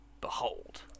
Behold